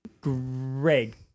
Greg